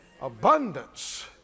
abundance